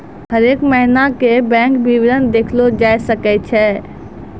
हरेक महिना के बैंक विबरण देखलो जाय सकै छै